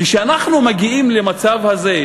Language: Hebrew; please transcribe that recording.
כשאנחנו מגיעים למצב הזה,